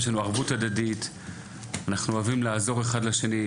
יש לנו ערבות הדדית ואנחנו אוהבים לעזור אחד לשני,